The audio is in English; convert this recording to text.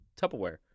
Tupperware